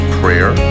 prayer